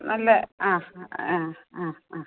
നല്ല ആ ആ ആ ആ